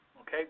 Okay